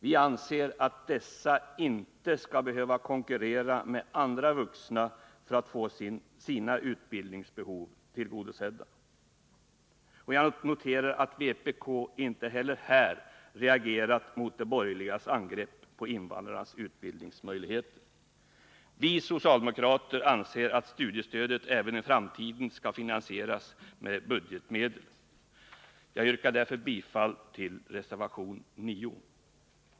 Vi anser att dessa människor inte skall behöva konkurrera med andra vuxna för att få sina utbildningsbehov tillgodosedda. Jag noterar att vpk inte heller här reagerat mot de borgerligas angrepp på invandrarnas utbildningsmöjligheter. Vi socialdemokrater anser att studiestödet även framöver skall finansieras med budgetmedel. Jag yrkar därför bifall till reservation 9.